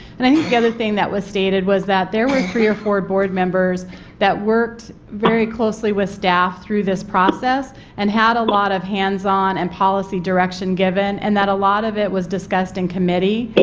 and i think the other thing that was stated was that there were three or four board members that worked very closely with staff through this process and had a lot of hands-on and policy direction given, and that a lot of it was discussed in committee.